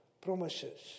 promises